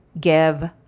give